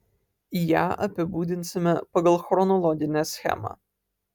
ją apibūdinsime pagal chronologinę schemą